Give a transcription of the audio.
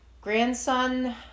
grandson